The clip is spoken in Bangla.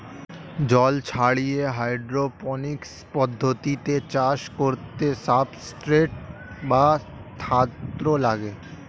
জল ছাড়িয়ে হাইড্রোপনিক্স পদ্ধতিতে চাষ করতে সাবস্ট্রেট বা ধাত্র লাগে